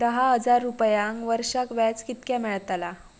दहा हजार रुपयांक वर्षाक व्याज कितक्या मेलताला?